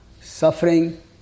Suffering